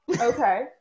Okay